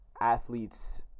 athletes